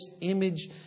image